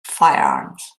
firearms